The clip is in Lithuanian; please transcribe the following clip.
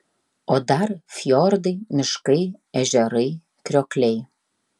o dar fjordai miškai ežerai kriokliai